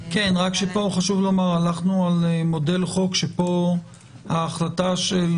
פה הלכנו על מודל חוק שפה ההחלטה של